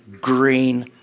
green